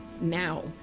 now